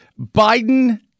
Biden